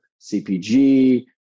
CPG